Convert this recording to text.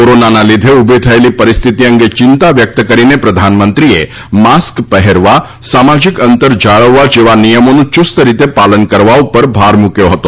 કોરોનાના લીધે ઉભી થયેલી પરિસ્થિતિ અંગે ચિંતા વ્યક્ત કરીને પ્રધાનમંત્રીએ માસ્ક પહેરવા સામાજીક અંતર જાળવવા જેવા નિયમોનું યૂસ્તરીતે પાલન કરવા ઉપર ભાર મૂક્યો હતો